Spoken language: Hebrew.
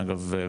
אגב,